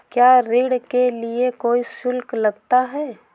क्या ऋण के लिए कोई शुल्क लगता है?